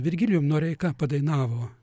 virgilijum noreika padainavo